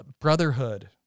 brotherhood